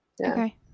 Okay